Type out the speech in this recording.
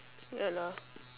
ya lah